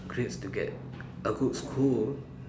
grades to get a good school